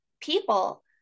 people